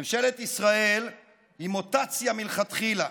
ממשלת ישראל היא מוטציה מלכתחילה.